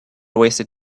wasted